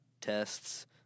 tests